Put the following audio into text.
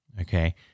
Okay